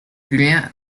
cría